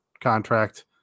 contract